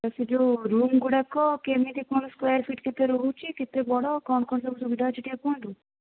sir ସେ ଯେଉଁ room ଗୁଡ଼ାକ କେମିତି କ'ଣ ସ୍କୋୟାର୍ ଫିଟ୍ କେତେ ରହୁଛି କେତେ ବଡ଼ କ'ଣ କ'ଣ ସବୁ ସୁବିଧା ଅଛି ଟିକିଏ କୁହନ୍ତୁ